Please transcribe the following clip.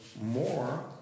more